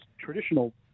traditional